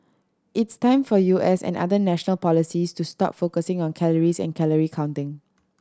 it's time for U S and other national policies to stop focusing on calories and calorie counting